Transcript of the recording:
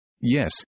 Yes